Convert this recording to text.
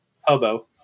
hobo